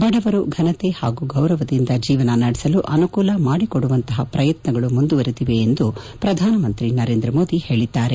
ಬಡವರು ಫನತೆ ಗೌರವದಿಂದ ಜೀವನ ನಡೆಸಲು ಅನುಕೂಲ ಮಾಡಿಕೊಡುವಂತಹ ಪ್ರಯತ್ನಗಳು ಮುಂದುವರೆದಿವೆ ಎಂದು ಶ್ರಧಾನಮಂತ್ರಿ ನರೇಂದ್ರ ಮೋದಿ ಹೇಳಿದ್ದಾರೆ